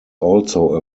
also